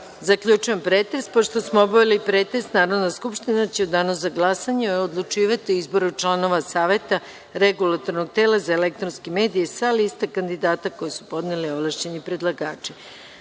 Zaključujem pretres. Pošto smo obavili pretres, Narodna skupština će u danu za glasanje odlučivati o izboru članova Saveta Regulatornog tela za elektronske medije sa lista kandidata koje su podneli ovlašćeni predlagači. Poslanici,